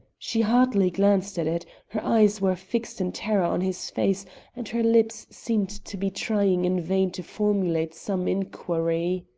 she hardly glanced at it her eyes were fixed in terror on his face and her lips seemed to be trying in vain to formulate some inquiry.